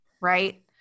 right